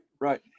right